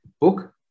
book